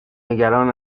نگران